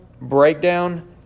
breakdown